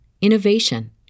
innovation